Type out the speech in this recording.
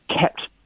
kept